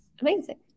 Amazing